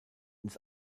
ins